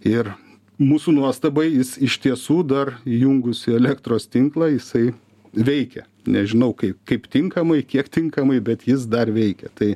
ir mūsų nuostabai jis iš tiesų dar įjungus į elektros tinklą jisai veikia nežinau kaip kaip tinkamai kiek tinkamai bet jis dar veikia tai